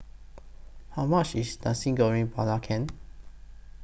How much IS Nasi Goreng Belacan